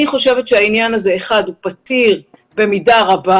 אני חושבת שהעניין הזה הוא פתיר במידה רבה.